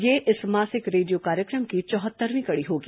यह इस मासिक रेडियो कार्यक्रम की चौहत्तरवीं कड़ी होगी